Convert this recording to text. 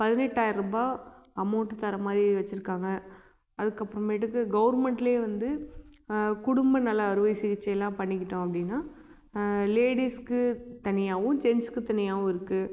பதினெட்டாயிரூபா amount தர்றமாதிரி வச்சுருக்காங்க அதற்கப்பறமேட்டுக்கு கவர்மெண்ட்ல வந்து குடும்பநல அறுவை சிகிச்கையலாம் பண்ணிக்கிட்டோம் அப்படின்னா லேடீஸ்க்கு தனியாகவும் ஜென்ஸ்க்கு தனியாகவும் இருக்கு